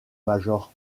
major